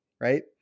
right